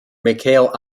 mikhail